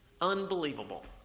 Unbelievable